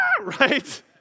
Right